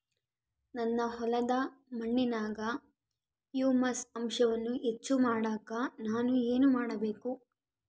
ನನ್ನ ಹೊಲದ ಮಣ್ಣಿನಾಗ ಹ್ಯೂಮಸ್ ಅಂಶವನ್ನ ಹೆಚ್ಚು ಮಾಡಾಕ ನಾನು ಏನು ಮಾಡಬೇಕು?